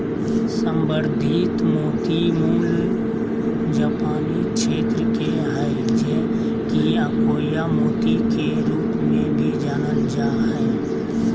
संवर्धित मोती मूल जापानी क्षेत्र के हइ जे कि अकोया मोती के रूप में भी जानल जा हइ